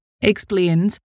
explains